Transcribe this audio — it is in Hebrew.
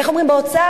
איך אומרים באוצר?